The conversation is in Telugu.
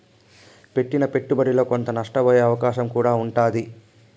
పెట్టిన పెట్టుబడిలో కొంత నష్టపోయే అవకాశం కూడా ఉంటాది